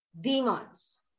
demons